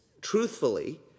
truthfully